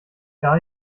gar